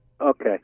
Okay